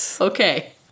Okay